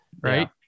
Right